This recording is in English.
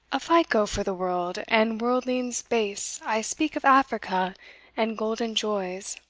a fico for the world, and worldlings base i speak of africa and golden joys!